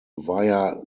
via